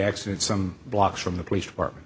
accident some blocks from the police department